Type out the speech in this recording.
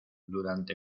durante